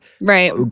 right